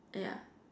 yeah